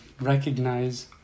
recognize